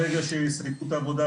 ברגע שיסיימו את העבודה,